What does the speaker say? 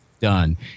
done